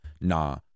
nah